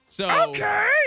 Okay